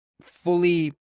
fully